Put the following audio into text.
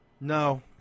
No